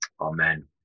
Amen